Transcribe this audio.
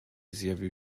zjawił